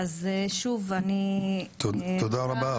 תודה רבה.